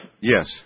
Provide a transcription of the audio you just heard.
Yes